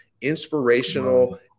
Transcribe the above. inspirational